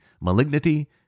malignity